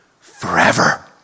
forever